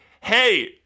hey